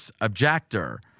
objector